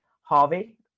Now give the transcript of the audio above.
Harvey